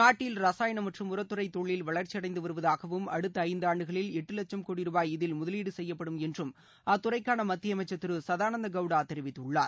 நாட்டில் ரசாயனம் மற்றும் உரத்துறை தொழில் வளர்ச்சியடைந்து வருவதாகவும் அடுத்த ஐந்தாண்டுகளில் எட்டு லட்சம் கோடி ரூபாய் இதில் முதலீடு செய்யப்படும் என்றும் அத்துறைக்கான மத்திய அமைச்சர் திரு சதானந்தா கவுடா தெரிவித்துள்ளார்